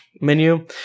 menu